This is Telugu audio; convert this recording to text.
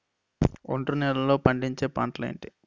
ఒండ్రు నేలలో పండించే పంటలు ఏంటి?